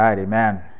Amen